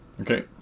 Okay